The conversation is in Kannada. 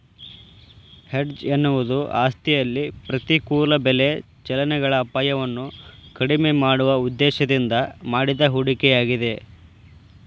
ಹೆಡ್ಜ್ ಎನ್ನುವುದು ಆಸ್ತಿಯಲ್ಲಿ ಪ್ರತಿಕೂಲ ಬೆಲೆ ಚಲನೆಗಳ ಅಪಾಯವನ್ನು ಕಡಿಮೆ ಮಾಡುವ ಉದ್ದೇಶದಿಂದ ಮಾಡಿದ ಹೂಡಿಕೆಯಾಗಿದೆ